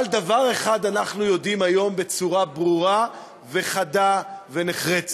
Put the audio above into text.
אבל דבר אחד אנחנו יודעים היום בצורה ברורה וחדה ונחרצת: